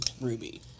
Ruby